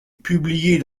publiés